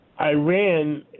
Iran